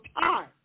time